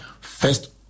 first